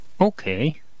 okay